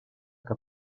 que